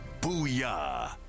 Booyah